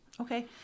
Okay